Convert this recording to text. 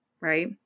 Right